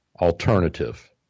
alternative